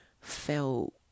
felt